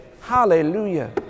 hallelujah